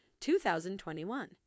2021